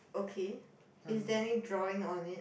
okay is there any drawing on it